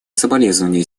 соболезнования